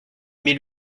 mille